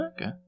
okay